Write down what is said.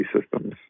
systems